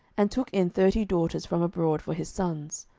and took in thirty daughters from abroad for his sons.